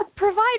Provide